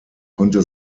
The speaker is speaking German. konnte